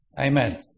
Amen